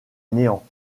néant